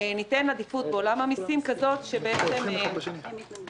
ניתן בעולם המסים עדיפות כזאת שבעצם תייצר